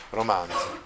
romanzo